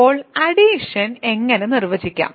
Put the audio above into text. അപ്പോൾ അഡിഷൻ എങ്ങനെ നിർവചിക്കാം